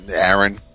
Aaron